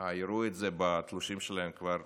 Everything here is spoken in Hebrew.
יראו את זה בתלושים שלהם כבר